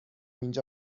اینجا